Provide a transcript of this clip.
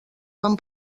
van